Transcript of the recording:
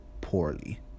poorly